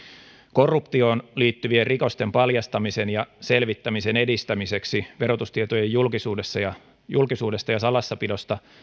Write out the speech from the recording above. korruptioon liittyvien rikosten paljastamisen ja selvittämisen edistämiseksi verotustietojen julkisuudesta ja salassapidosta